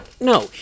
no